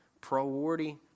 priority